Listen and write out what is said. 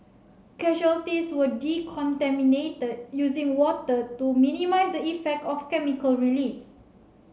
casualties were decontaminated using water to minimise the effect of chemical release